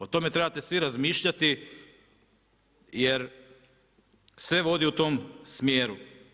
O tome trebate svi razmišljati, jer sve vodi u tom smjeru.